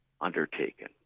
undertaken